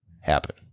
happen